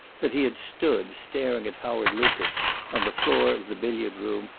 that he had stood staring at howard lucas on the floor of the billiard room,